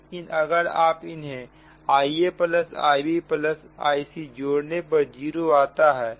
लेकिन अगर इन्हें IaIb Ic जोड़ने पर जीरो आता है